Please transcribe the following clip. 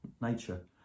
nature